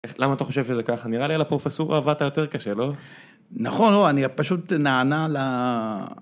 למה אתה חושב שזה ככה? נראה לי על הפרופסורה עבדת יותר קשה, לא? נכון, לא, אני פשוט נענה ל...